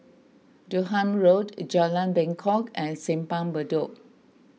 Durham Road Bengkok and Simpang Bedok